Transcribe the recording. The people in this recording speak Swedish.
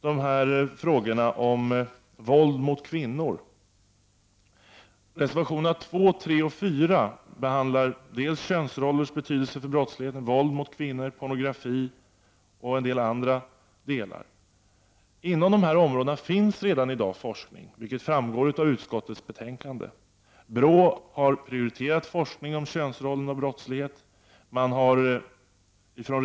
Det handlar alltså om våld mot kvinnor. Reservationerna 2, 3 och 4 behandlar frågor kring könsrollernas betydelse för brottsligheten, forskning om våld mot kvinnor etc. och forskning om sambandet mellan pornografi och våld m.m. På dessa områden bedrivs redan i dag forskning, vilket också framgår av utskottets betänkande. BRÅ har prioriterat forskning om könsrollernas betydelse för brottsligheten.